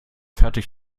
fertig